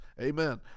Amen